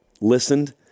listened